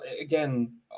again